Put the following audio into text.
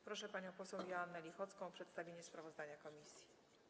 Proszę panią poseł Joannę Lichocką o przedstawienie sprawozdania komisji.